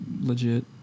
legit